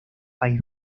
país